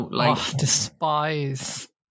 despise